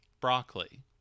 Broccoli